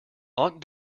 aunt